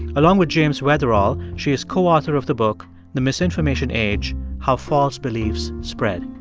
along with james weatherall, she is co-author of the book the misinformation age how false beliefs spread.